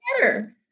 better